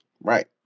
Right